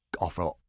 offer